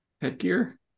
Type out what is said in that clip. headgear